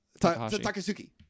Takasuki